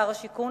שר השיכון,